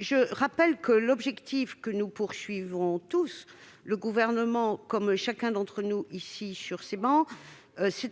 sur cet amendement. Nous nous fixons tous ici, le Gouvernement comme chacun d'entre nous sur ces travées,